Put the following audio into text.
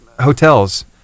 hotels